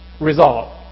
resolve